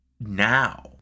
Now